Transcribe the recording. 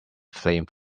flame